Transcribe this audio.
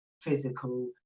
physical